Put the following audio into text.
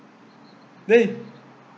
then